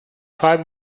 far